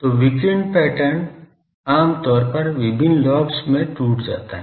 तो विकिरण पैटर्न आम तौर पर विभिन्न लोब्स में टूट जाता है